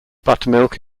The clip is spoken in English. buttermilk